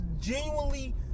genuinely